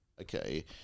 Okay